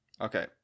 Okay